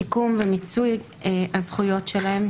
שיקום ומיצוי הזכויות שלהם,